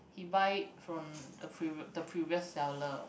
he buy from a prev~ the previous seller